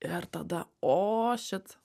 ir tada o šit